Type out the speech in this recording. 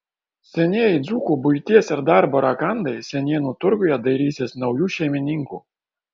senieji dzūkų buities ir darbo rakandai senienų turguje dairysis naujų šeimininkų